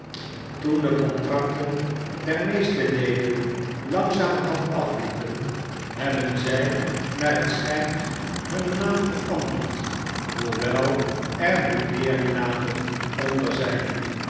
toen de contracten der meeste leden langzamerhand afliepen hebben zij naar het schijnt hun naam veranderd hoewel er nog leerknapen onder zijn